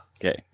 Okay